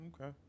Okay